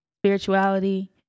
spirituality